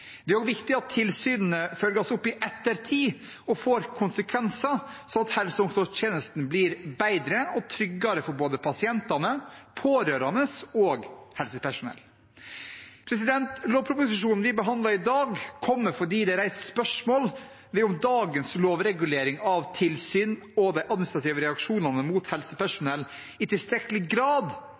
Det er også viktig at tilsynene følges opp i ettertid og får konsekvenser, sånn at helse- og omsorgstjenesten blir bedre og tryggere for både pasientene, pårørende og helsepersonell. Lovproposisjonen vi behandler i dag, kommer fordi det er reist spørsmål ved om dagens lovregulering av tilsyn og de administrative reaksjonene mot helsepersonell i tilstrekkelig grad